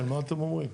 כן, מה אתם אומרים?